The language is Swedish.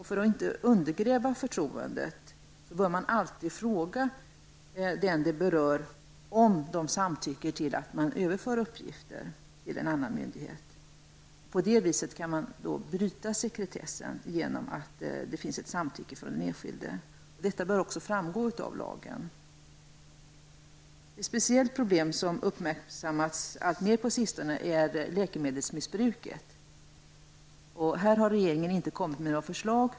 För att inte undergräva förtroendet bör man alltid fråga den det berör om vederbörande samtycker till att man överför uppgifter till en annan myndighet. På det viset kan man bryta sekretessen genom att det finns ett samtycke från den enskilde. Detta bör också framgå av lagen. Ett speciellt problem som uppmärksammats alltmer på sistone är läkemedelsmissbruket. Här har regeringen inte kommit med något förslag.